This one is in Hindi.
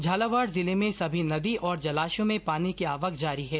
झालावाड़ जिले में सभी नदी और जलाशयों में पानी की आवक जारी है